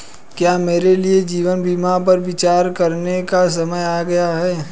क्या मेरे लिए जीवन बीमा पर विचार करने का समय आ गया है?